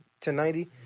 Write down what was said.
1090